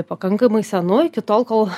pakankamai senu iki tol kol